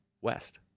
west